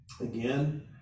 Again